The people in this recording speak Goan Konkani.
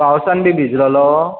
पावसान बी भिजलेलो